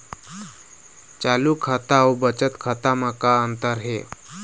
चालू खाता अउ बचत खाता म का अंतर हे?